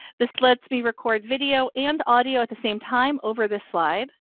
this lets me record video and audio at the same time over this slide.